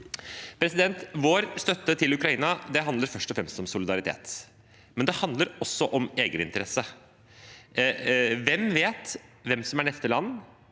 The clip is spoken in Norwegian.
dem. Vår støtte til Ukraina handler først og fremst om solidaritet, men det handler også om egeninteresse. Hvem vet hvem som er neste land